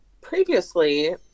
previously